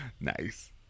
Nice